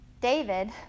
David